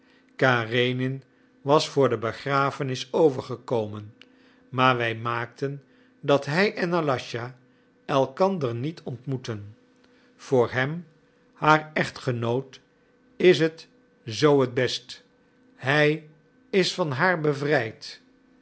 karenin was voor de begrafenis overgekomen maar wij maakten dat hij en aläscha elkander niet ontmoetten voor hem haar echtgenoot is het zoo het best hij is van haar bevrijd